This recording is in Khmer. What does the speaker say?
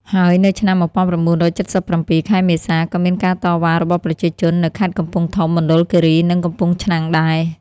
ហើយ នៅឆ្នាំ១៩៧៧ ខែមេសាក៏មានការតវ៉ារបស់ប្រជាជន នៅ ខេត្តកំពង់ធំ មណ្ឌលគីរី និងកំពង់ឆ្នាំង ដែរ។